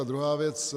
A druhá věc.